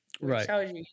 Right